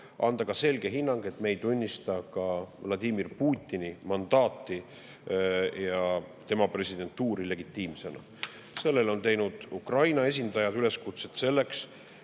annab ka selge hinnangu, et ta ei tunnista Vladimir Putini mandaati ja tema presidentuuri legitiimsena. Sellele on Ukraina esindajad üles kutsunud